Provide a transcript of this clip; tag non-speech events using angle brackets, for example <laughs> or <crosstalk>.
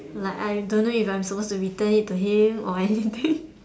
like I don't know if I'm suppose to return it to him or I <laughs>